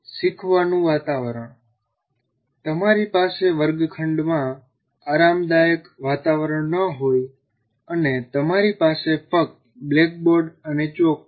શીખવાનું વાતાવરણ તમારી પાસે વર્ગખંડમાં આરામદાયક વાતાવરણ ના હોય અને તમારી પાસે ફક્ત બ્લેકબોર્ડ અને ચોક છે